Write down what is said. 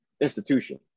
institution